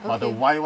okay